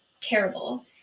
terrible